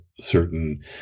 certain